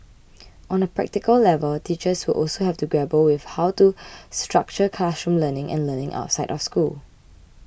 on a practical level teachers will also have to grapple with how to structure classroom learning and learning outside of school